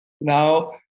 now